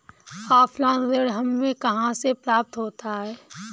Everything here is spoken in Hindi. ऑफलाइन ऋण हमें कहां से प्राप्त होता है?